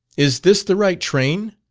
is this the right train?